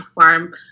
farm